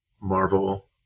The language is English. Marvel